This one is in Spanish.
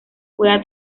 pueda